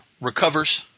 recovers